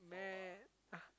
mad ah